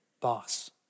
boss